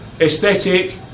aesthetic